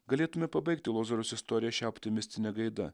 galėtume pabaigti lozoriaus istoriją šia optimistine gaida